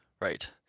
Right